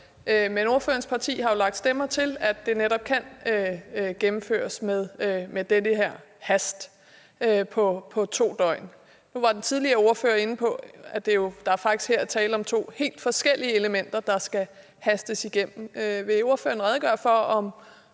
Men ordførerens parti har jo lagt stemmer til, at det netop kan gennemføres med den her hast, altså på 2 døgn. Den foregående ordfører var inde på, at der faktisk her er tale om to helt forskellige elementer, der skal hastes igennem. Vil ordføreren redegøre for, om